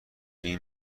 این